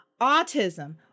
autism